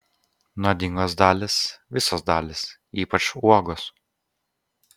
nuodingos dalys visos dalys ypač uogos